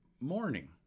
morning